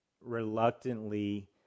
reluctantly